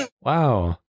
wow